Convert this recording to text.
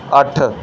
ਅੱਠ